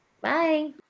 Bye